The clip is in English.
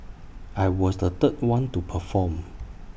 I was the third one to perform